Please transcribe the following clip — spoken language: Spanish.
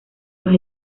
los